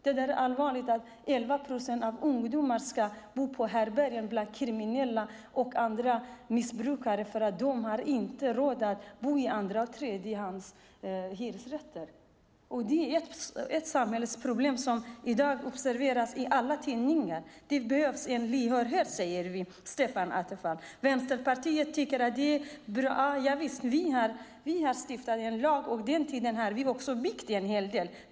Det är allvarligt att ungdomar ska bo på härbärgen bland kriminella och missbrukare för att de inte har råd att bo i hyresrätter i andra och tredjehand. Det är ett samhällsproblem som i dag observeras i alla tidningar. Stefan Attefall säger att det behövs en lyhördhet. Vänsterpartiet tycker att det är bra att vi har stiftat en lag, och sedan den tiden har vi också byggt en hel del.